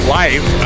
life